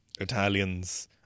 Italians